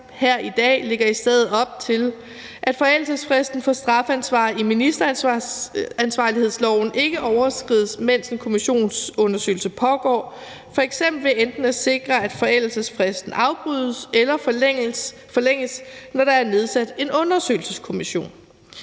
her i dag, lægger i stedet op til, at forældelsesfristen for strafansvar i ministeransvarlighedsloven ikke overskrides, mens en kommissionsundersøgelse pågår, f.eks. ved at sikre, at forældelsesfristen enten afbrydes eller forlænges, når der er nedsat en undersøgelseskommission.